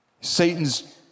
Satan's